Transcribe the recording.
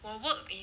我 work in